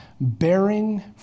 bearing